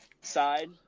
side